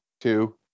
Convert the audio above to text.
two